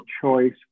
choice